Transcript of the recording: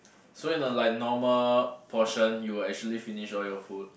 so in the like normal portion you would actually finish all your food